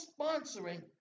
sponsoring